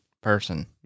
person